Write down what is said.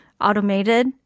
automated